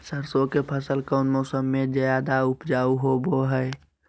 सरसों के फसल कौन मौसम में ज्यादा उपजाऊ होबो हय?